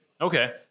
Okay